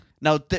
Now